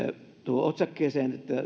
otsakkeeseen että